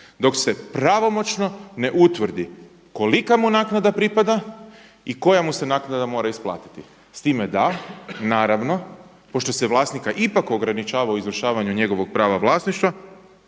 dok se pravomoćno ne utvrdi kolika mu naknada pripada i koja mu se naknada mora isplatiti. S time da naravno, pošto se vlasnika ipak ograničava u izvršavanju njegovog prava vlasništva